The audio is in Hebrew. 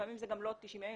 לפעמים זה גם לא עד 90 ימים,